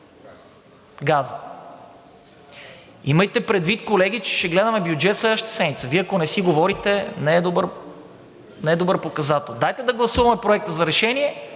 газа. Имайте предвид, колеги, че ще гледаме бюджет следващата седмица. Вие, ако не си говорите, не е добър показател. Дайте да гласуваме Проекта за решение,